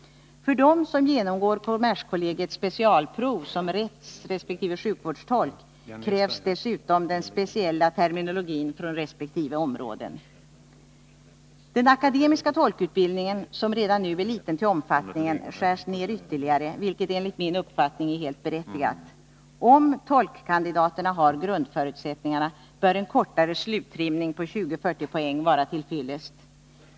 För dem som genomgår kommerskollegiets specialprov som rättsresp. sjukvårdstolkar krävs dessutom den speciella terminologin från resp. områden. Den akademiska tolkutbildningen, som redan nu är liten till omfattningen, skärs ned ytterligare, vilket enligt min uppfattning är helt berättigat. Om tolkkandidaterna har grundförutsättningarna, bör en kortare sluttrimning på 20-40 poäng vara till fyllest.